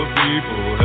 people